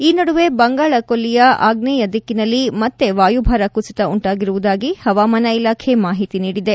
ಈ ನಡುವೆ ಬಂಗಾಳ ಕೊಲ್ಲಿಯ ಆಗ್ನೇಯ ದಿಕ್ಕಿನಲ್ಲಿ ಮತ್ತೆ ವಾಯು ಭಾರ ಕುಸಿತ ಉಂಟಾಗಿರುವುದಾಗಿ ಹವಾಮಾನ ಇಲಾಖೆ ಮಾಹಿತಿ ನೀಡಿದೆ